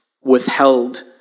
withheld